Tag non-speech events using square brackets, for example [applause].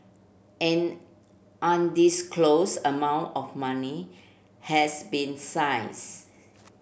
an undisclosed amount of money has been [unintelligible]